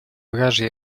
вражья